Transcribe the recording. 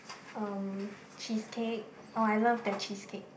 um cheesecake oh I love their cheesecake